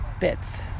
bits